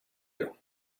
you